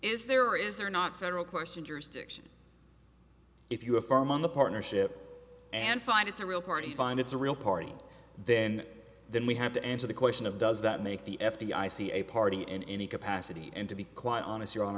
is there is there not federal question jurisdiction if you have farm on the partnership and find it's a real party fine it's a real party then then we have to answer the question of does that make the f d i c a party in any capacity and to be quite honest your hon